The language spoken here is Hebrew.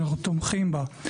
אנחנו תומכים בה.